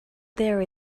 there